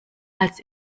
als